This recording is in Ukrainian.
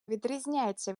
відрізняється